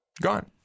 gone